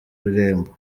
irembo